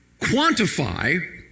quantify